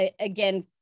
Again